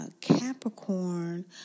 Capricorn